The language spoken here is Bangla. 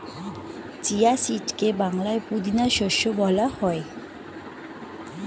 চিয়া সিডকে বাংলায় পুদিনা শস্য বলা হয়